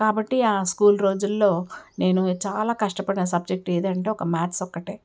కాబట్టి ఆ స్కూల్ రోజుల్లో నేను చాలా కష్టపడిన సబ్జెక్ట్ ఏంటంటే ఒక మ్యాథ్స్ ఒక్కటే